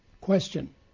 Question